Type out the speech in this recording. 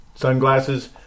sunglasses